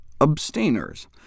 abstainers